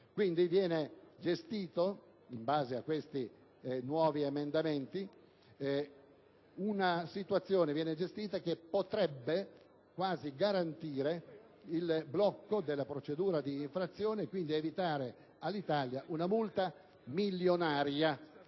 di cronaca. Pertanto, in base a questi nuovi emendamenti, viene gestita una situazione che potrebbe quasi garantire il blocco della procedura di infrazione ed evitare all'Italia una multa milionaria